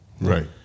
Right